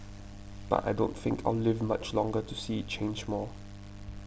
but I don't think I'll live much longer to see it change more